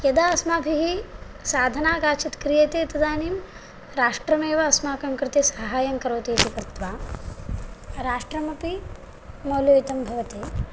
यदा अस्माभिः साधना काचित् क्रियते तदानीं राष्ट्रमेव अस्माकं कृते साहाय्यं करोति इति कृत्वा राष्ट्र्मपि मौल्ययुतं भवति